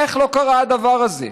איך לא קרה הדבר הזה?